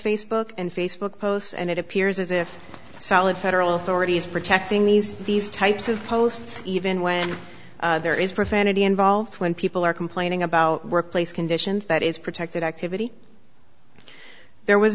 facebook and facebook posts and it appears as if solid federal authorities protecting these these types of posts even when there is profanity involved when people are complaining about workplace conditions that is protected activity there was